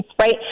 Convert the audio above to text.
right